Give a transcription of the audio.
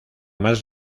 más